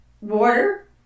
water